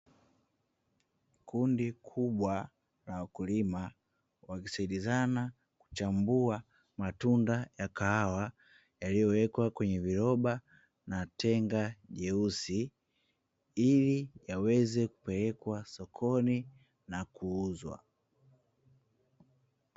Kundi kubwa la wakulima wakisaidizana kuchambua matunda ya kahawa yaliyowekwa kwenye viroba na tenga jeusi ili yaweze kupelekwa sokoni na kuuzwa.